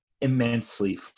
immensely